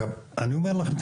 אני אומר לכם,